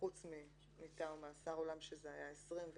חוץ ממאסר עולם שהיה 20 שנה